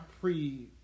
pre